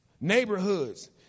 neighborhoods